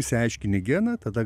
išsiaiškini geną tada